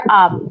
up